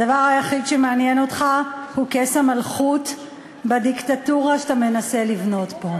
הדבר היחיד שמעניין אותך הוא כס המלכות בדיקטטורה שאתה מנסה לבנות פה.